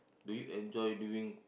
do you enjoy doing